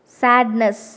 sadness